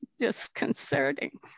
disconcerting